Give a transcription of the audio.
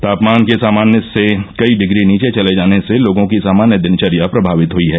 तापमान के सामान्य से कई डिग्री नीचे चले जाने से लोगों की सामान्य दिनचर्या प्रभावित हुई है